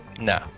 No